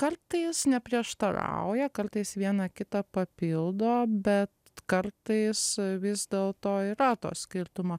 o kartais neprieštarauja kartais viena kitą papildo bet kartais vis dėlto yra to skirtumo